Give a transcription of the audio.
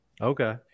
Okay